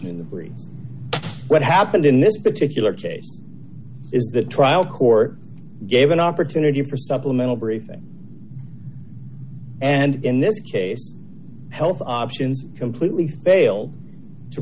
position in the free what happened in this particular case is the trial court gave an opportunity for supplemental briefing and in this case health options completely failed to